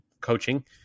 coaching